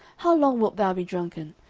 how long wilt thou be drunken?